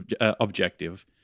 objective